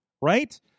right